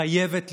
חייבת,